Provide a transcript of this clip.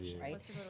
right